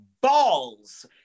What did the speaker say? balls